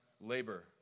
labor